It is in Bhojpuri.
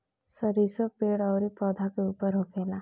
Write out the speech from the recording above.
सरीसो पेड़ अउरी पौधा के ऊपर होखेला